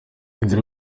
inzira